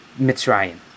Mitzrayim